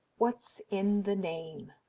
what's in the name?